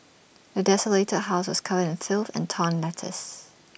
the desolated house was covered in filth and torn letters